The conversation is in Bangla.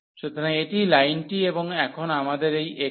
সুতরাং এটি লাইনটি এবং এখন আমাদের এই x24ay হয়